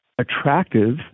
attractive